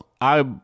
I-